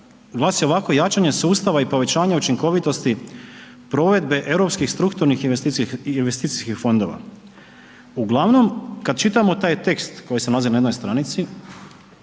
glasi ovako, jačanje sustava i povećanje učinkovitosti provedbe europskih strukturnih investicijskih fondova. Uglavnom, kada čitamo taj tekst koji se nalazi na jednoj stranici,